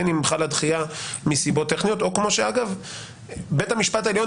בין אם חלה דחייה מסיבות טכניות או כמו שאגב בית המשפט העליון